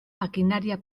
maquinaria